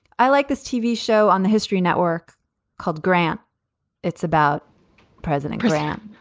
i like this tv show on the history network called grant it's about president crisan.